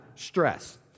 stress